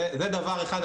זה דבר אחד.